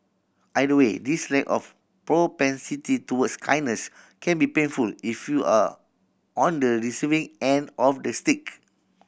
either way this lack of propensity towards kindness can be painful if you are on the receiving end of the stick